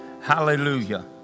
Hallelujah